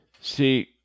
See